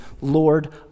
Lord